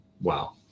wow